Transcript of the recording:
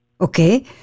Okay